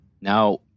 now